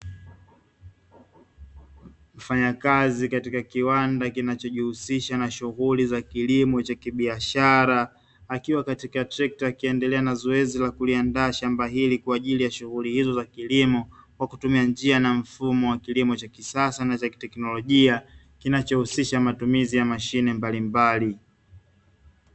Mfanyakazi katika kiwanda kinachojihusisha na shughuli za kilimo cha kibiashara, akiwa katika treka akiendelea na zoezi la kuliandaa shamba hili kwa ajili ya shughuli hizo za kilimo, kwa kutumia njia na mfumo wa kilimo cha kisasa na cha kiteknolojia, kinachohusisha matumizi ya mashine mbalimbali.